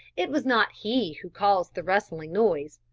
it was not he who caused the rustling noise,